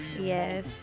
Yes